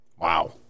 Wow